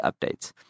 updates